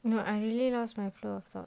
no I really lost my flow of thoughts